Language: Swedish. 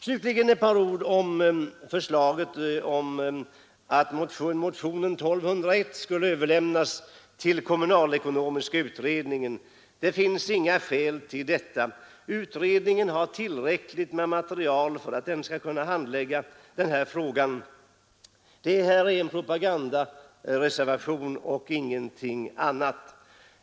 Slutligen ett par ord om förslaget att motionen 1201 skulle överlämnas till kommunalekonomiska utredningen. Det finns inga skäl att göra det. Utredningen har tillräckligt med material för att kunna handlägga den här frågan. Reservationen är en propagandareservation och ingenting annat.